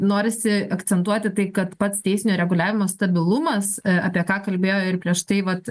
norisi akcentuoti tai kad pats teisinio reguliavimo stabilumas apie ką kalbėjo ir prieš tai vat